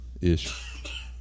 Ish